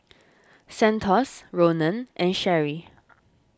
Santos Ronan and Sherri